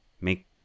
make